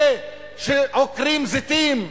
אלה שעוקרים זיתים,